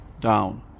down